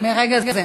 מרגע זה.